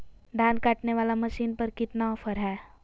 धान काटने वाला मसीन पर कितना ऑफर हाय?